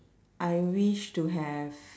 I wish to have